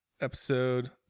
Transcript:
episode